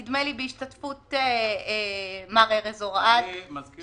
נדמה לי בהשתתפות מר ארז אורעד שהתנגד.